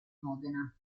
modena